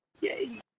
Yay